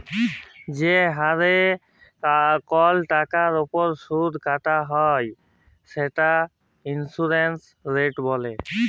যে হারে কল টাকার উপর সুদ কাটা হ্যয় সেটকে ইলটারেস্ট রেট ব্যলে